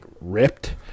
ripped